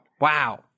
Wow